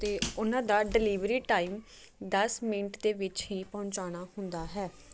ਅਤੇ ਉਹਨਾਂ ਦਾ ਡਿਲੀਵਰੀ ਟਾਈਮ ਦਸ ਮਿੰਟ ਦੇ ਵਿੱਚ ਹੀ ਪਹੁੰਚਾਉਣਾ ਹੁੰਦਾ ਹੈ